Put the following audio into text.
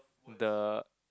the